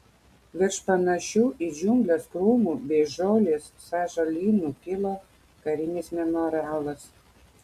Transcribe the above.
virš panašių į džiungles krūmų bei žolės sąžalynų kilo karinis memorialas